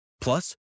Plus